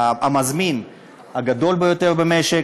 המזמין הגדול ביותר במשק,